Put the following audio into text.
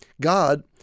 God